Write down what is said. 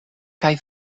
kaj